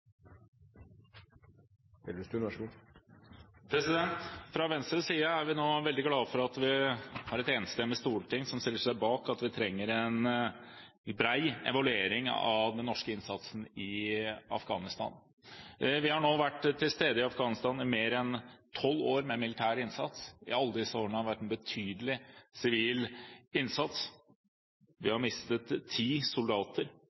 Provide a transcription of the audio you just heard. vi nå veldig glad for at et enstemmig storting stiller seg bak behovet for en bred evaluering av den norske innsatsen i Afghanistan. Vi har nå i mer enn tolv år vært til stede i Afghanistan med militær innsats. I alle disse årene har det vært en betydelig sivil innsats. Vi har mistet ti soldater